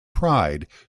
pride